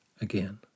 again